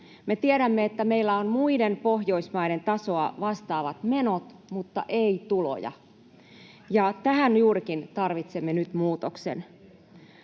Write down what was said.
Me tiedämme, että meillä on muiden Pohjoismaiden tasoa vastaavat menot mutta ei tuloja, ja tähän juurikin tarvitsemme nyt muutoksen.